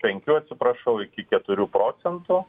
penkių atsiprašau iki keturių procentų